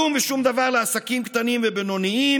כלום ושום דבר לעסקים קטנים ובינוניים,